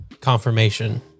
confirmation